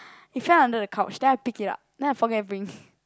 it's right under the couch then I pick it up then I forget to bring